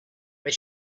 they